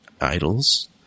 idols